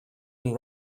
and